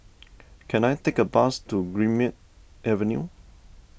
can I take a bus to Greenmead Avenue